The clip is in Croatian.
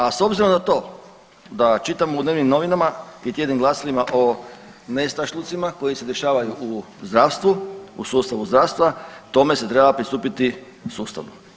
A s obzirom na to da čitam u dnevnim novinama i tjednim glasilima o nestašlucima koji se dešavaju u zdravstvu u sustavu zdravstva tome se treba pristupiti sustavno.